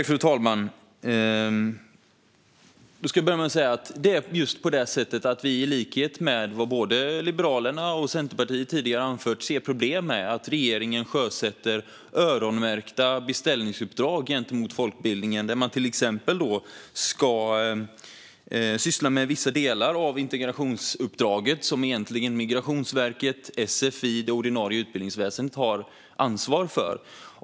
Fru talman! Låt mig börja med att säga att vi i likhet med vad både Liberalerna och Centerpartiet tidigare har anfört ser problem med att regeringen sjösätter öronmärkta beställningsuppdrag till folkbildningen, där den till exempel ska syssla med vissa delar av integrationsuppdraget. Det är sådant som egentligen Migrationsverket, sfi och det ordinarie utbildningsväsendet har ansvar för.